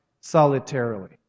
solitarily